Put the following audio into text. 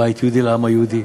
בית יהודי לעם היהודי.